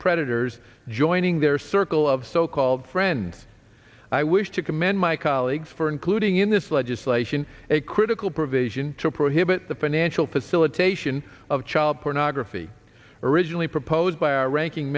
predators joining their circle of so called friends i wish to commend my colleagues for including in this legislation a critical provision to prohibit the financial to cilla taishan of child pornography originally proposed by our ranking